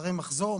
מראה מחזור,